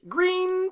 Green